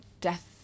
death